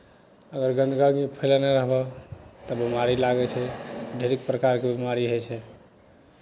अगर गन्दगी फैलयने रहबह तऽ बेमारी लागै छै ढेरिक प्रकारके बेमारी होइ छै